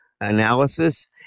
analysis